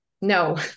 No